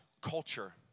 culture